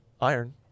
Iron